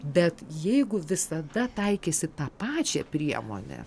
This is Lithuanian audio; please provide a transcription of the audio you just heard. bet jeigu visada taikysi tą pačią priemonę